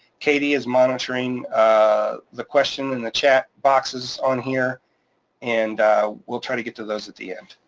katie is monitoring ah the question in the chat boxes on here and we'll try to get to those at the end,